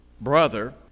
brother